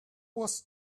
was